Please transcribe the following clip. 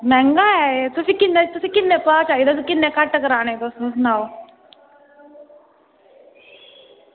मैंह्गा ऐ एह् तुसें तुसें किन्ने भाऽ चाहिदा तुसें किन्ने घट्ट कराने तुस सनाओ